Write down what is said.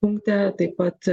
punkte taip pat